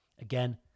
Again